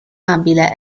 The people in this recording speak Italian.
abile